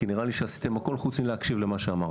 כי נראה לי שעשיתם הכל חוץ מלהקשיב למה שאמרתי.